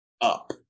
up